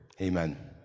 amen